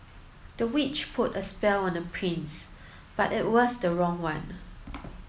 the witch put a spell on the prince but it was the wrong one